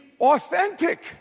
authentic